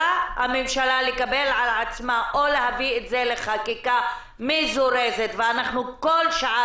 הממשלה יכולה לקבל על עצמה להביא את זה לחקיקה מזורזת וכל שעה